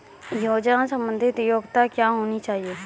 योजना संबंधित योग्यता क्या होनी चाहिए?